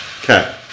Okay